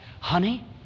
Honey